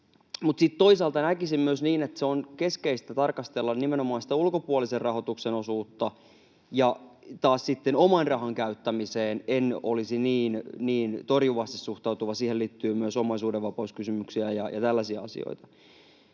toisaalta näkisin myös niin, että on keskeistä tarkastella nimenomaan sitä ulkopuolisen rahoituksen osuutta, ja taas sitten oman rahan käyttämiseen en olisi niin torjuvasti suhtautuva. Siihen liittyy myös omaisuudenvapauskysymyksiä ja tällaisia asioita.